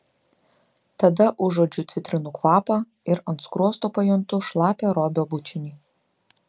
tada užuodžiu citrinų kvapą ir ant skruosto pajuntu šlapią robio bučinį